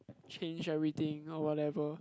change everything or whatever